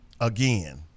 Again